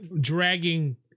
Dragging